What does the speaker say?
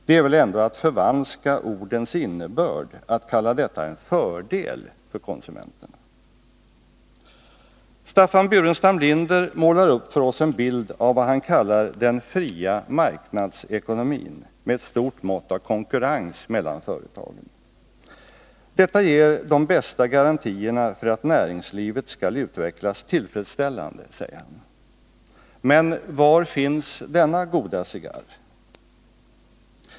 Det är väl ändå att förvanska ordens innebörd att kalla detta en fördel för konsumenterna. Staffan Burenstam Linder målar för oss upp en bild av vad han kallar den fria marknadsekonomin, med ett stort mått av konkurrens mellan företagen. Detta ger de bästa garantierna för att näringslivet skall utvecklas tillfredsställande, säger han. Men var finns denna goda cigarr?